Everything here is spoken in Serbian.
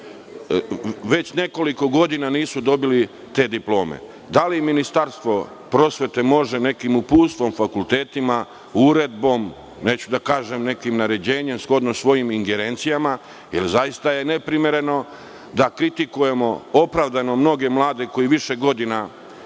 već nekoliko godina nisu dobili te diplome. Da li Ministarstvo prosvete može to nekim uputstvom fakultetima, uredbom, da uredi, neću da kažem nekim naređenjem shodno svojim ingerencijama, jer zaista je neprimereno da kritikujemo opravdano mnoge mlade koji više godina